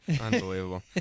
Unbelievable